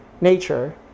nature